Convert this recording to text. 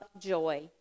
joy